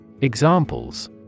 Examples